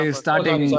starting